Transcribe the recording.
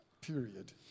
period